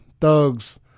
thugs